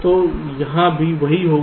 तो यहाँ भी वही होगा